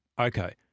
Okay